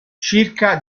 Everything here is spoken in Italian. circa